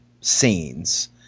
scenes